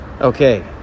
Okay